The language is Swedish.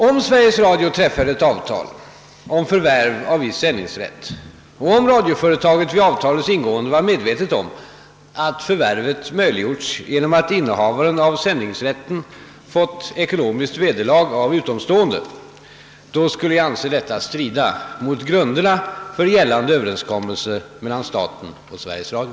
Om Sveriges Radio träffade ett avtal om förvärv av viss sändningsrätt och om radioföretaget vid avtalets ingående var medvetet om att förvärvet möjliggjorts genom att innehavaren av sändningsrätten fått ekonomiskt vederlag av utomstående, då skulle jag anse detta strida mot grunderna för gällande överenskommelse mellan staten och Sveriges Radio.